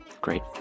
Great